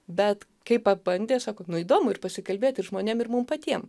bet kai pabandė sako nu įdomu ir pasikalbėt ir žmonėm ir mum patiem